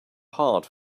hard